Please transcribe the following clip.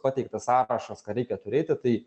pateiktas sąrašas ką reikia turėti tai